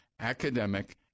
academic